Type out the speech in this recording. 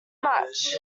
much